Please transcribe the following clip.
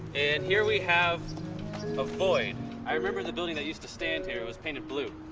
and here we have a void i remember the building that used to stand here, it was painted blue.